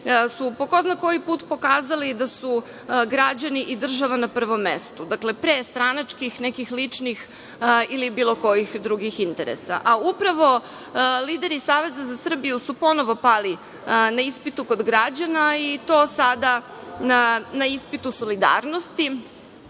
su po ko zna koji put pokazali da su građani i država na prvom mestu, dakle, pre stranačkih nekih ličnih ili bilo kojih drugih interesa. A upravo, lideri Saveza za Srbiju su ponovo pali na ispitu kod građana i to sada na ispitu solidarnosti,